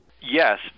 Yes